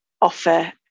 offer